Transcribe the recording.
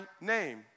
name